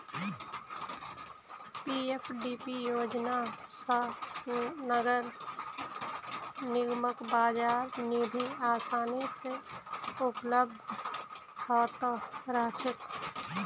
PFDP योजना स नगर निगमक बाजार निधि आसानी स उपलब्ध ह त रह छेक